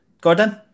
Gordon